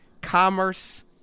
Commerce